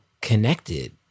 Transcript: connected